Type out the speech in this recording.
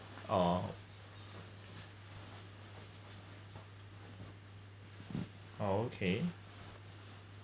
oh oh okay